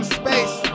space